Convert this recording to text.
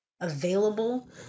available